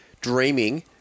dreaming